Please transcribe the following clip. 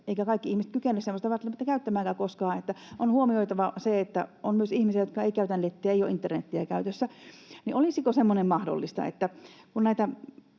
semmoista välttämättä käyttämäänkään koskaan, eli on huomioitava se, että on myös ihmisiä, jotka eivät käytä nettiä, ei ole internetiä käytössä, joten olisiko semmoinen mahdollista, että kun näitä